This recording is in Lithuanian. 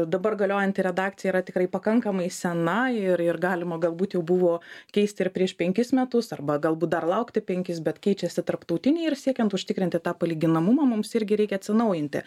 dabar galiojanti redakcija yra tikrai pakankamai sena ir ir galima galbūt jau buvo keist ir prieš penkis metus arba galbūt dar laukti penkis bet keičiasi tarptautiniai ir siekiant užtikrinti tą palyginamumą mums irgi reikia atsinaujinti